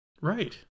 Right